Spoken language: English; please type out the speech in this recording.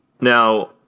Now